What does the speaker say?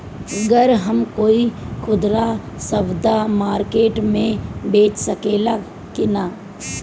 गर हम कोई खुदरा सवदा मारकेट मे बेच सखेला कि न?